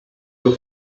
your